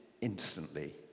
instantly